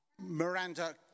Miranda